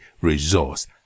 resource